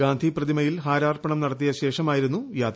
ഗാന്ധിപ്രതിമയിൽ ഹാരാർപ്പണം നടത്തിയ യാത്ര ശേഷമായിരുന്നു യാത്ര